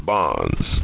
Bonds